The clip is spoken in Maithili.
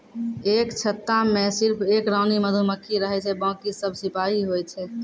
एक छत्ता मॅ सिर्फ एक रानी मधुमक्खी रहै छै बाकी सब सिपाही होय छै